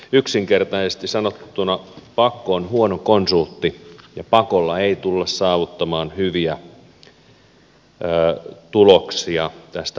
yksinkertaisesti sanottuna pakko on huono konsultti ja pakolla ei tulla saavuttamaan hyviä tuloksia tästä pakkoliitoshankkeesta